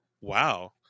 wow